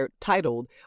titled